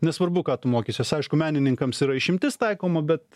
nesvarbu ką tu mokysies aišku menininkams yra išimtis taikoma bet